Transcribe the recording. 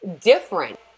different